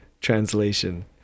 translation